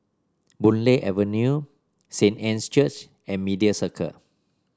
Boon Lay Avenue Saint Anne's Church and Media Circle